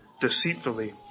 deceitfully